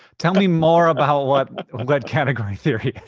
tell me more about what category theory